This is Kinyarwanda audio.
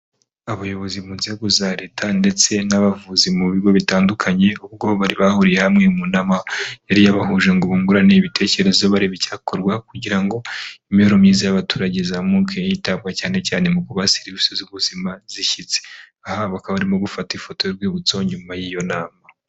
Abayobozi mu nzego za leta ndetse n'abavuzi mu bigo bitandukanye ubwo bari bahuriye hamwe mu nama yari yabahuje ngo bungurane ibitekerezo bareba icyakorwa kugira ngo imibereho myiza y'abaturage izamuke hitabwa cyane cyane mu kuba serivisi z'ubuzima zishyitse, aha bakaba barimo gufata ifoto y'urwibutso nyuma y'iyo nama.